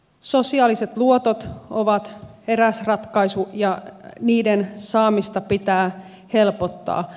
sosiaaliset luotot ovat eräs ratkaisu ja niiden saamista pitää helpottaa